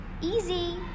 Easy